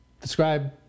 Describe